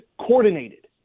coordinated